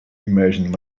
imagining